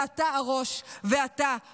ואתה הראש ואתה אשם.